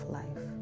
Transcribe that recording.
life